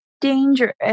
dangerous